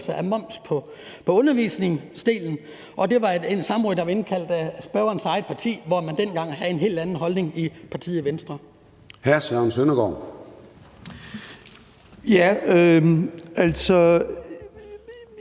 af moms på undervisningsdelen. Og det var et samråd, der var indkaldt af spørgerens eget parti, hvor man dengang havde en helt anden holdning i partiet Venstre. Kl.